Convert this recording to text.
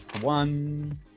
One